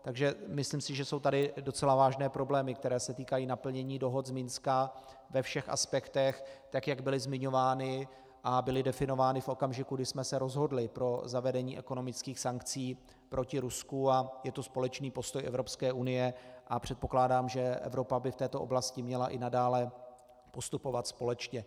Takže si myslím, že jsou tady docela vážné problémy, které se týkají naplnění dohod z Minska ve všech aspektech, tak jak byly zmiňovány a byly definovány v okamžiku, kdy jsme se rozhodli pro zavedení ekonomických sankcí proti Rusku, a je to společný postoj Evropské unie a předpokládám, že Evropa by v této oblasti měla i nadále postupovat společně.